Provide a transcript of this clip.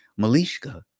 Malishka